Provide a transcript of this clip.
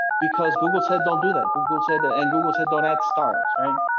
because google said don't do that. google said that. and google said don't add stars. right.